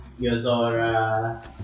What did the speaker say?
Yozora